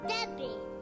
Debbie